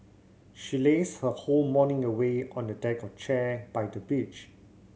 she lazed her whole morning away on a deck chair by the beach